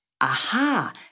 Aha